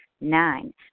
Nine